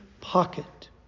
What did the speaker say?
pocket